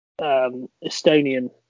Estonian